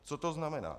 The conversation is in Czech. Co to znamená?